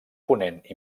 ponent